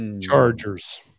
Chargers